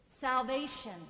salvation